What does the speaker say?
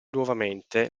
nuovamente